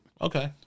Okay